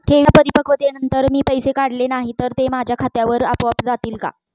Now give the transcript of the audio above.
ठेवींच्या परिपक्वतेनंतर मी पैसे काढले नाही तर ते माझ्या खात्यावर आपोआप जातील का?